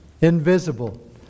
invisible